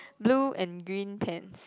blue and green pants